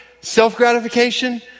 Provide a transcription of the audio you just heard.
self-gratification